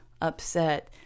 upset